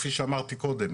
כפי שאמרתי קודם,